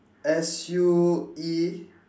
S U E